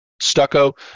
stucco